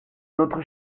notre